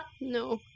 No